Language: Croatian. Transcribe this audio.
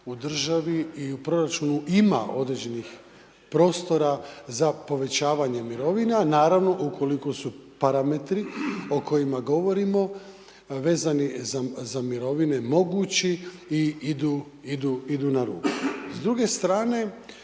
u državi i u proračunu ima određenih prostora za povećavanje mirovina, naravno ukoliko su parametri o kojima govorimo vezani za mirovine mogući i idu na ruku.